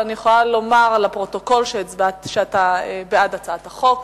אבל אני יכולה לומר לפרוטוקול שאתה בעד הצעת החוק.